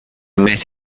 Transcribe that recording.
meet